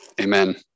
Amen